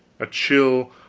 a chill,